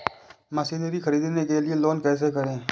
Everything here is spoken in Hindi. मशीनरी ख़रीदने के लिए लोन कैसे करें?